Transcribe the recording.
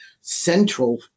central